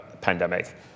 pandemic